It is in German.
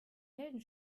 helden